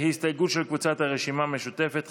הסתייגות של קבוצת סיעת הרשימה המשותפת,